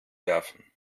werfen